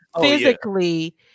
physically